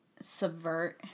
subvert